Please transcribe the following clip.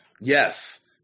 yes